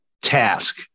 Task